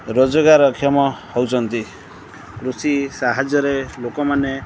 ରୋଜଗାରକ୍ଷମ ହେଉଛନ୍ତି କୃଷି ସାହାଯ୍ୟରେ ଲୋକମାନେ